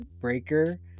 Breaker